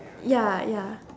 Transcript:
ya ya